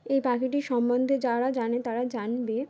এই পাখিটির সম্বন্ধে যারা জানে তারা জানবে